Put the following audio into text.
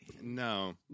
No